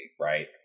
right